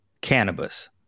Cannabis